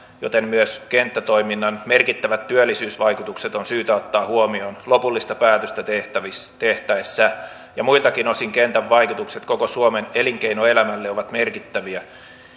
joten myös kenttätoiminnan merkittävät työllisyysvaikutukset on syytä ottaa huomioon lopullista päätöstä tehtäessä ja muiltakin osin kentän vaikutukset koko suomen elinkeinoelämään ovat merkittäviä